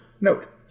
Note